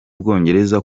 bwongereza